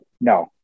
No